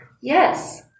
Yes